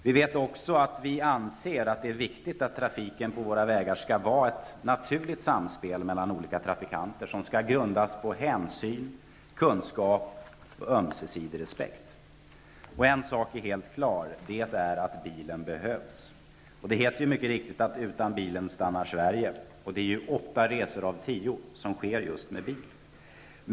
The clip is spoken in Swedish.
Vi vet också att människor anser att det är viktigt att trafiken på våra vägar skall utgöra ett naturligt samspel mellan olika trafikanter grundas på hänsyn, kunskap och ömsesidig respekt. En sak är helt klar. Det är att bilen behövs. Det heter ju mycket riktigt att utan bilen stannar Sverige. Och åtta av tio resor sker med bil.